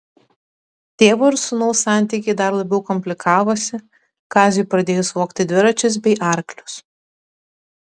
tėvo ir sūnaus santykiai dar labiau komplikavosi kaziui pradėjus vogti dviračius bei arklius